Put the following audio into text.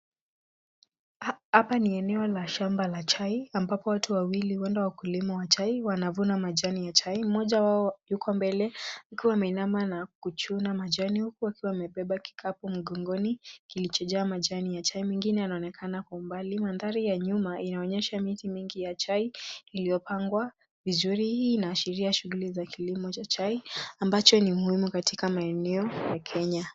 Hapa ni eneo la shamba la chai ambapo watu wawili uenda wakulima wa chai wanafuna majani ya chai. Mmoja yuko mbele akiwa ameinama nakuchuna majini huku akiwa amebeba kikapu mgongoni kilicho njaa majani ya chai. Mwingine anaonekana kwa mbali. Mandhari ya nyuma inaonyesha miti mingi ya chai iliyopangwa vizuri hii inaashiria shughuli za kilimo cha chai ambacho ni muhimu katika maeneo ya Kenya.